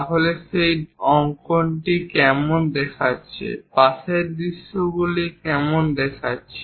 তাহলে সেই অঙ্কনটি কেমন দেখাচ্ছে পাশের দৃশ্যগুলি কেমন দেখাচ্ছে